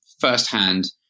firsthand